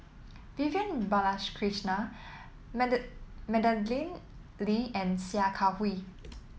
Vivian Balakrishnan Madeleine Lee and Sia Kah Hui